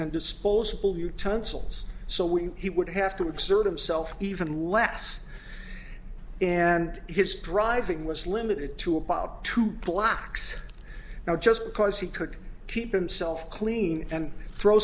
and disposable utensils so when he would have to exert himself even less and his driving was limited to about two blocks now just because he could keep himself clean and throw